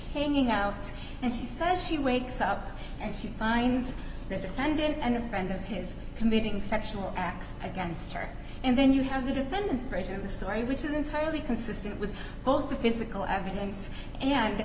hanging out and she says she wakes up and she finds that and a friend of his committing sexual acts against her and then you have the defendant's version of the story which is entirely consistent with both physical evidence and